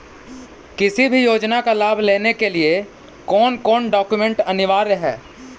किसी भी योजना का लाभ लेने के लिए कोन कोन डॉक्यूमेंट अनिवार्य है?